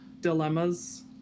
dilemmas